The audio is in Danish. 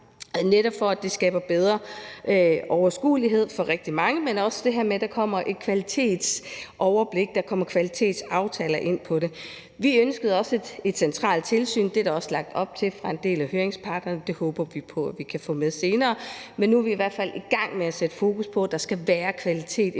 netop for at skabe bedre overskuelighed for rigtig mange, men også det her med, at der kommer et kvalitetsoverblik; at der kommer kvalitetsaftaler ind. Vi ønskede også et centralt tilsyn. Det er der også lagt op til fra en del af høringsparterne. Det håber vi på at vi kan få med senere. Men nu er vi i hvert fald i gang med at sætte fokus på, at der skal være en vis